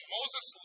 Moses